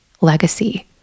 legacy